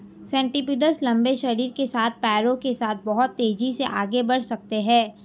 centipedes लंबे शरीर के साथ पैरों के साथ बहुत तेज़ी से आगे बढ़ सकते हैं